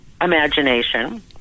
Imagination